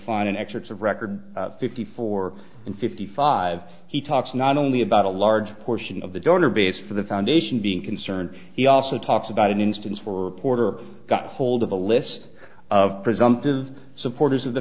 find in excerpts of record fifty four and fifty five he talks not only about a large portion of the donor base for the foundation being concerned he also talks about an instance where reporter got hold of a list of presumptive supporters of the